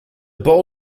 bal